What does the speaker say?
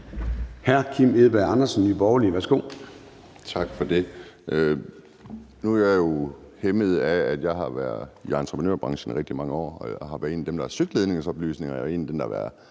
10:41 Kim Edberg Andersen (NB): Tak for det. Nu er jeg jo hæmmet af, at jeg har været i entreprenørbranchen i rigtig mange år og har været en af dem, der har søgt ledningsoplysningerne, og en af dem, der har været